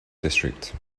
district